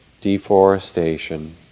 deforestation